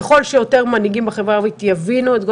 היעדים והמדדים שהוצגו על ידי המנכ"ל הם למעשה